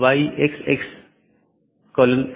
जब ऐसा होता है तो त्रुटि सूचना भेज दी जाती है